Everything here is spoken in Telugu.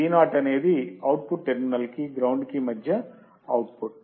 Vo అనేది అవుట్పుట్ టెర్మినల్ కి గ్రౌండ్ కి మధ్య అవుట్పుట్